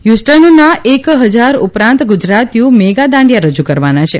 હ્યુસ્ટનના એક હજાર ઉપરાંત ગુજરાતીઓ મેગા દાંડીયા રજુ કરવાના છે